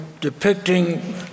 depicting